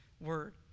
word